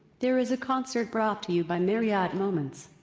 there is a concert brought to you by marriott moments.